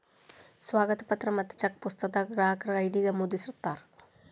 ಸ್ವಾಗತ ಪತ್ರ ಮತ್ತ ಚೆಕ್ ಪುಸ್ತಕದಾಗ ಗ್ರಾಹಕರ ಐ.ಡಿ ನಮೂದಿಸಿರ್ತಾರ